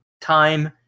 time